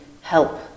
help